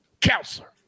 Counselor